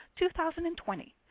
2020